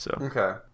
Okay